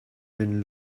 been